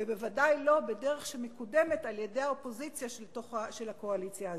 ובוודאי לא בדרך שמקודמת על-ידי האופוזיציה של הקואליציה הזאת.